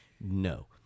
No